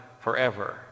forever